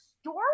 story